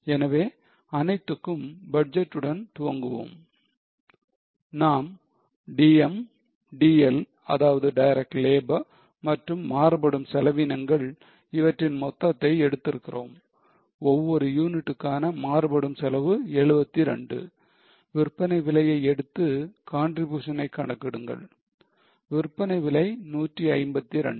எனவே அனைத்துக்கும் பட்ஜெற்றுடன் துவங்குவோம் நாம் DM DL அதாவது டைரக்ட் லேபர் மற்றும் மாறுபடும் செலவீனங்கள் இவற்றின் மொத்தத்தை எடுத்திருக்கிறோம் ஒவ்வொரு யூனிட்டுக்கான மாறுபடும் செலவு 72 விற்பனை விலையை எடுத்து contribution னை கணக்கிடுங்கள் விற்பனை விலை 152